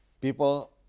People